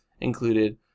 included